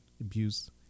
abuse